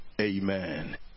Amen